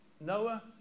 Noah